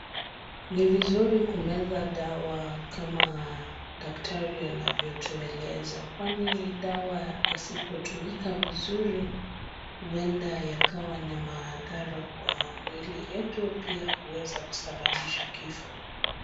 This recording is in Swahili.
Ni vizuri kumeza dawa kama daktari anavyotueleza, kwani dawa yasipotumika vizuri huenda yakawa na maadhara kwa mwili yetu pia huweza kusababisha kifo.